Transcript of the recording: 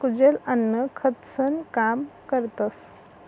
कुजेल अन्न खतंसनं काम करतस